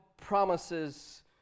promises